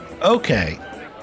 Okay